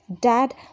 Dad